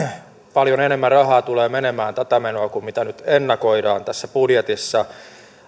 paljon enemmän rahaa tulee menemään tätä menoa kuin mitä nyt ennakoidaan tässä budjetissa